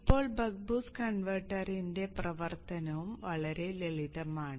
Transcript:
ഇപ്പോൾ buck boost കൺവെർട്ടറിന്റെ പ്രവർത്തനവും വളരെ ലളിതമാണ്